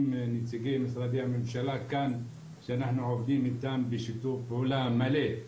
והנציגים שעובדים איתנו בשיתוף פעולה מלא.